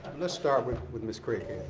let's start with with ms. craighead.